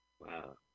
Wow